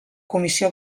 comissió